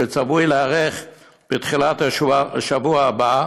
שצפוי בתחילת השבוע הבא,